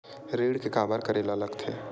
ऋण के काबर तक करेला लगथे?